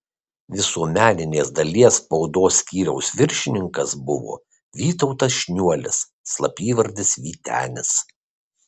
visuomeninės dalies spaudos skyriaus viršininkas buvo vytautas šniuolis slapyvardis vytenis